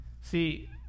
See